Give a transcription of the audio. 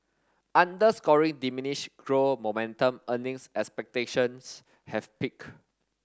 underscoring diminished grow momentum earnings expectations have peak